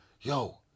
Yo